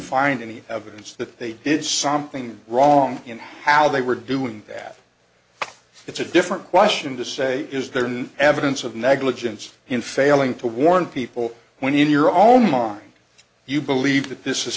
find any evidence that they did something wrong in how they were doing that it's a different question to say is there no evidence of negligence in failing to warn people when in your own mind you believe that this